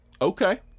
okay